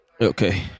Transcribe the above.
Okay